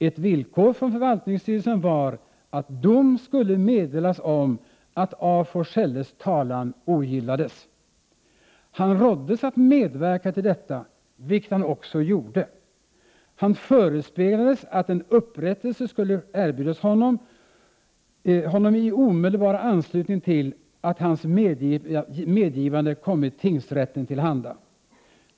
Ett villkor från förvaltningsstyrelsen var att dom skulle meddelas om att af Forselles talan ogillades. Han råddes att medverka till detta, vilket han också gjorde. Han förespeglades att en upprättelse skulle erbjudas honom omedelbar anslutning till att hans medgivande kommit tingsrätten till handa.